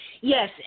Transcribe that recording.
Yes